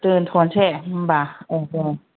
दोन्थ'नोसै होनबा